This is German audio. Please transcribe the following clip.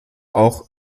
auch